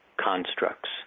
constructs